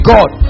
God